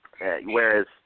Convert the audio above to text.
Whereas